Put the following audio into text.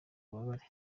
ububabare